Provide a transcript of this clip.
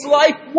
life